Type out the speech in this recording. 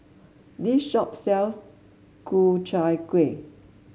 this shop sells Ku Chai Kuih